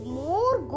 more